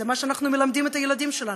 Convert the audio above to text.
זה מה שאנחנו מלמדים את הילדים שלנו,